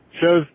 Show's